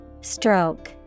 Stroke